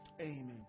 Amen